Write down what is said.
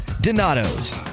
donato's